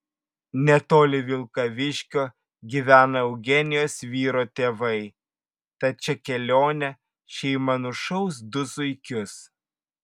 netoli vilkaviškio gyvena eugenijos vyro tėvai tad šia kelione šeima nušaus du zuikius